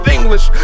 English